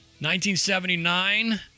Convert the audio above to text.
1979